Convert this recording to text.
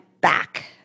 back